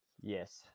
yes